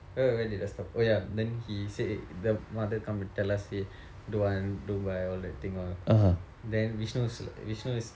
where where did I stop oh ya then he say the mother come and tell us say don't want don't buy all that thing all then vishnu is also vishnu is